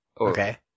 Okay